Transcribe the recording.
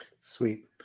Sweet